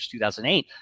2008